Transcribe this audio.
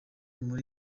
muri